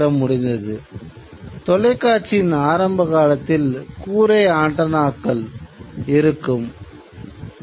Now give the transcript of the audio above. அப்போதும் தொலைக்காட்சி மூலம் வீடுகளுக்கு அனுப்பப்படுகிறது